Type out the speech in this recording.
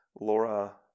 Laura